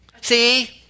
see